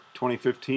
2015